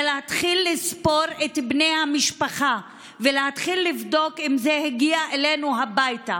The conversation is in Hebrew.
זה להתחיל לספור את בני המשפחה ולהתחיל לבדוק אם זה הגיע אלינו הביתה.